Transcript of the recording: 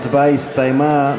ההצבעה הסתיימה.